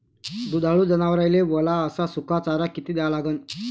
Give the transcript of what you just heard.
दुधाळू जनावराइले वला अस सुका चारा किती द्या लागन?